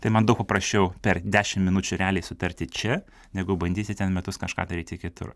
tai man daug paprasčiau per dešimt minučių realiai sutarti čia negu bandyti ten metus kažką daryti kitur